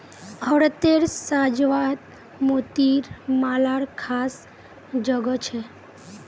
औरतेर साज्वात मोतिर मालार ख़ास जोगो छे